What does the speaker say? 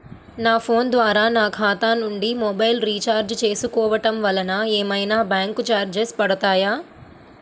నా ఫోన్ ద్వారా నా ఖాతా నుండి మొబైల్ రీఛార్జ్ చేసుకోవటం వలన ఏమైనా బ్యాంకు చార్జెస్ పడతాయా?